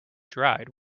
dried